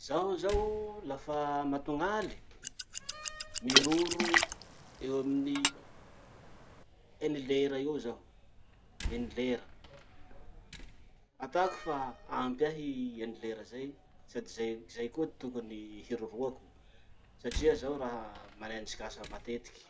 Zaho zao lafa matogn'aly, miroro eo amin'ny eny lera eo zaho, eny lera. Ataoko fa ampy ahy eny lera zay sady zay, zay koa ty tokony hiroroako satria zaho raha manenjiky asa matetiky.